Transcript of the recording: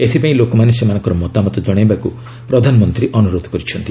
ଏଥିପାଇଁ ଲୋକମାନେ ସେମାନଙ୍କ ମତାମତ କଶାଇବାକୁ ପ୍ରଧାନମନ୍ତ୍ରୀ ଅନୁରୋଧ କରିଛନ୍ତି